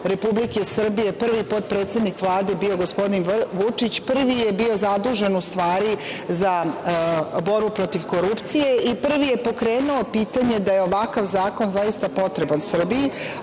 Republike Srbije, prvi potpredsednik bio gospodin Vučić, prvi je bio zadužen ustvari za borbu protiv korupcije i prvi je pokrenuo pitanje da je ovakav zakon zaista potreban Srbiji,